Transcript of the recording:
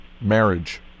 marriage